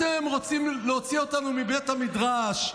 אתם רוצים להוציא אותנו מבית המדרש.